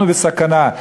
אנחנו בסכנה.